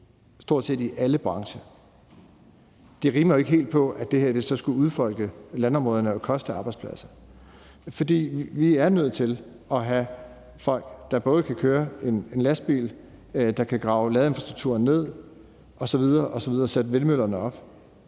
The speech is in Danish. stort set i alle brancher. Det rimer jo ikke helt på, at det her så skulle affolke landområderne og koste arbejdspladser, for vi er nødt til at have folk, der både kan køre en lastbil og kan grave ladeinfrastruktur ned, sætte vindmøllerne op